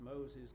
Moses